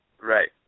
Right